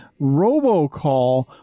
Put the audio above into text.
robocall